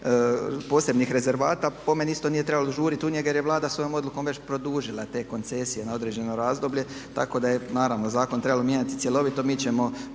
posebnih rezervata po meni isto nije trebalo žurit u njega, jer je Vlada svojom odlukom već produžila te koncesije na određeno razdoblje, tako da je naravno zakon trebalo mijenjati cjelovito. Mi ćemo